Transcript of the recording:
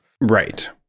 Right